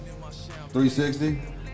360